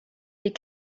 des